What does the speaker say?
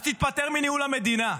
אז תתפטר מניהול המדינה.